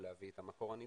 ולהביא את המקור הנדרש.